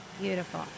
Beautiful